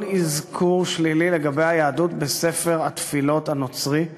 כל אזכור שלילי לגבי היהדות בספר התפילות הנוצרי.